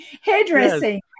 hairdressing